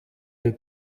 ein